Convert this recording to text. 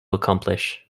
accomplish